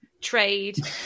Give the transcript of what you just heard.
trade